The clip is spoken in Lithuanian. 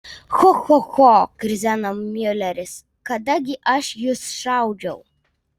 cho cho cho krizena miuleris kada gi aš jus šaudžiau